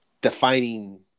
Defining